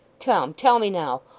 come. tell me now.